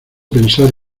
pensar